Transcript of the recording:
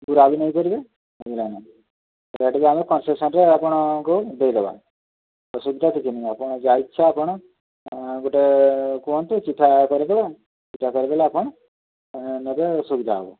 ବୁରା ବି ନେଇ ପାରିବେ ବୁଝିଲେନା ଏଇଟା ଟିକେ ଆମେ କନ୍ସେସନ୍ରେ ଆପଣଙ୍କୁ ଦେଇଦେବା ଅସୁବିଧା କିଛି ନାହିଁ ଆପଣ ଯାହା ଇଚ୍ଛା ଆପଣ ଗୋଟେ କୁହନ୍ତୁ ଚିଠା କରିଦେବା ଚିଠା କରିଦେଲେ ଆପଣ ନେବେ ସୁବିଧା ହେବ